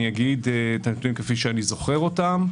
אגיד את הנתונים כפי שאני זוכר אותם.